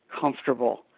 comfortable